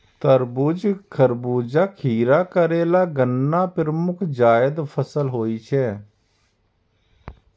तरबूज, खरबूजा, खीरा, करेला, गन्ना प्रमुख जायद फसल होइ छै